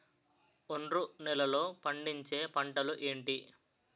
ఒండ్రు నేలలో పండించే పంటలు ఏంటి?